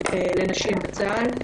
לנשים בצה"ל.